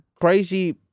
crazy